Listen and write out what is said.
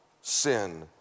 sin